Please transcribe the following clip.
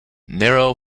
nero